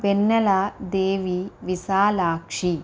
Vennela Devi Vishalakshi